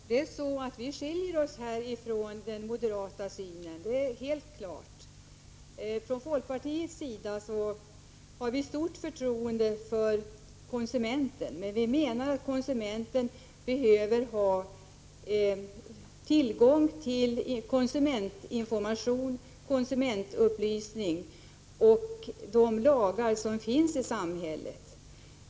Herr talman! Vi skiljer oss här från den moderata synen, det är helt klart. Från folkpartiets sida har vi stort förtroende för konsumenten, men vi menar att konsumenten behöver ha tillgång till konsumentinformation, konsumentupplysning och de lagar som finns i samhället.